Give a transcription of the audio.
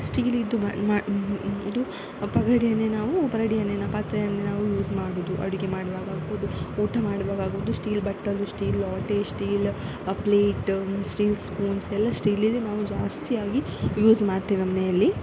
ಸ್ಟೀಲಿನದು ಮ್ ಮಾ ಇದು ಪಗಡೆಯನ್ನೇ ನಾವು ಪರಡಿಯನ್ನೇ ಪಾತ್ರೆಯನ್ನೇ ನಾವು ಯೂಸ್ ಮಾಡುವುದು ಅಡುಗೆ ಮಾಡುವಾಗ ಆಗ್ಬೋದು ಊಟ ಮಾಡುವಾಗ ಆಗ್ಬೋದು ಸ್ಟೀಲ್ ಬಟ್ಟಲು ಸ್ಟೀಲ್ ಲೋಟ ಸ್ಟೀಲ ಪ್ಲೇಟ ಸ್ಟೀಲ್ ಸ್ಪೂನ್ಸ್ ಎಲ್ಲ ಸ್ಟೀಲಿನದೆ ನಾವು ಜಾಸ್ತಿಯಾಗಿ ಯೂಸ್ ಮಾಡ್ತೇವೆ ಮನೆಯಲ್ಲಿ